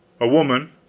a woman,